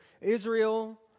Israel